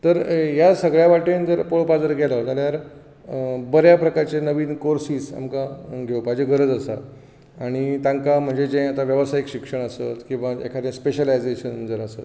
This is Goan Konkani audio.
तर ह्या सगळ्या वटेन तर पळोवपाक जरी गेलो जाल्यार बऱ्या प्रकाराचे नवीन कोर्सीस तांकां घेवपाची गरज आसा आनी तांकां म्हणजें जें आतां वेवसायीक शिक्षण आसत किंवां एखादें स्पेशलायझेशन जर आसत